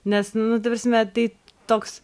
nes nu ta prasme tai toks